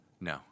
No